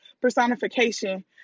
personification